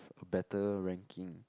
a better ranking